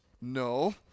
no